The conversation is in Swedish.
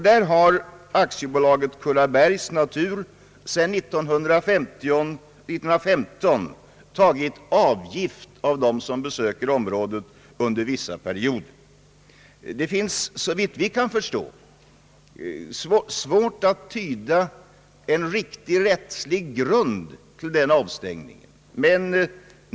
Där har Aktiebolaget Kullabergs natur sedan 1915 tagit avgift av dem som besöker området under vissa perioder. Det är såvitt vi kan förstå svårt att finna en riktig rättslig grund till denna avstängning.